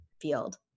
field